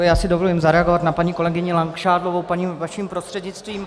Já si dovolím zareagovat na paní kolegyni Langšádlovou vaším prostřednictvím.